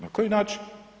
Na koji način?